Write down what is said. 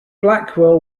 blackwell